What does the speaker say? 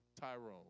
Tyrone